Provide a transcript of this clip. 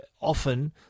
often